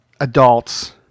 Adults